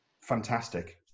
Fantastic